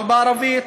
אבל בערבית